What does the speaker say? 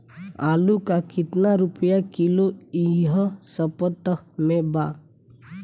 आलू का कितना रुपया किलो इह सपतह में बा?